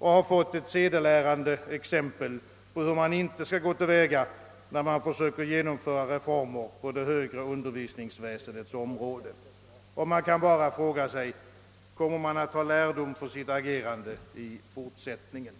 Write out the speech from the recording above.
Vi har fått ett sedelärande exempel på hur man inte skall gå till väga, när man försöker genomföra reformer på den högre undervisningens område. Vi kan bara fråga oss: Kommer man att ta lärdom för sitt agerande i fortsättningen?